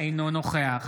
אינו נוכח